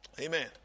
Amen